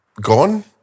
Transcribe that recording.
gone